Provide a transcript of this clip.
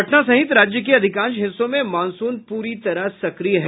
पटना सहित राज्य के अधिकांश हिस्सों में मॉनसून पूरी तरह सक्रिय है